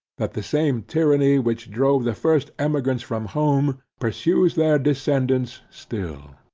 that the same tyranny which drove the first emigrants from home, pursues their descendants still.